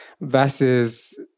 Versus